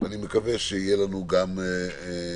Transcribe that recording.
שאני מקווה שיהיו עליהן גם תשובות.